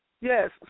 yes